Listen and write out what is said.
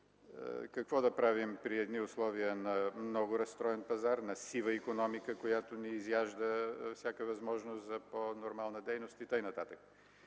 какво да правим при условия на много разстроен пазар, на сива икономика, която изяжда всяка възможност за по-нормална дейност” и така